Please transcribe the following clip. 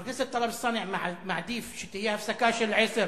חבר הכנסת טלב אלסאנע מעדיף שתהיה הפסקה של עשר